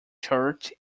church